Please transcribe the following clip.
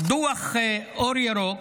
דוח "אור ירוק":